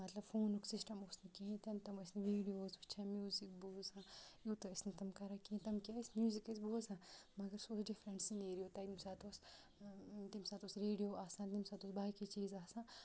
مطلب فونُک سِسٹَم اوس نہٕ کِہیٖنۍ تہِ نہٕ تِم ٲسۍ نہٕ ویٖڈیوز وٕچھان میوٗزِک بوزان یوٗتاہ ٲسۍ نہٕ تِم کَران کِہیٖنۍ تِم کیٛاہ ٲسۍ میوٗزِک ٲسۍ بوزان مگر سُہ اوس ڈِفرَنٛٹ سِنیریو تمہِ ساتہٕ اوس تمہِ ساتہٕ اوس ریڈیو آسان تمہِ ساتہٕ اوس باقٕے چیٖز آسان